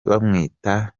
bamwita